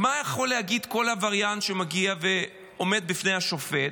מה יכול להגיד כל עבריין שמגיע ועומד לפני השופט?